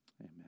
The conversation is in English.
amen